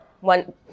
One